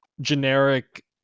generic